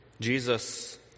Jesus